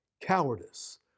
Cowardice